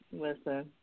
Listen